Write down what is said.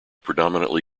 predominantly